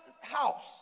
house